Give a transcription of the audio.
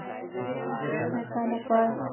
ᱱᱟᱯᱟᱭ ᱱᱟᱯᱟᱭ